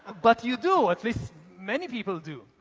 but you do, at least many people do.